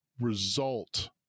result